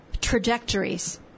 trajectories